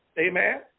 Amen